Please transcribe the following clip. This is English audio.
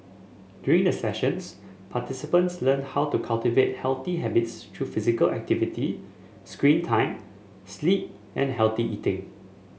during the sessions participants learn how to cultivate healthy habits through physical activity screen time sleep and healthy eating